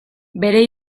bere